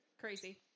crazy